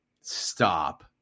Stop